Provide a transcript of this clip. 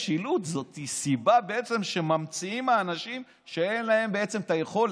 זאת בעצם סיבה שממציאים האנשים שאין להם בעצם את היכולת.